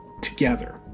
together